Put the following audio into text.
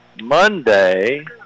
Monday